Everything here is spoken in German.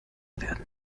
werden